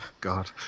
god